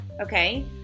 okay